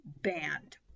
banned